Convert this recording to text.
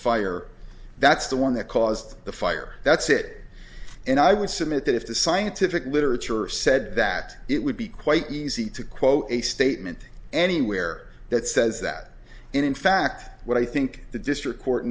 fire that's the one that caused the fire that's it and i would submit that if the scientific literature said that it would be quite easy to quote a statement anywhere that says that in fact what i think the district court